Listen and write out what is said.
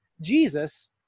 Jesus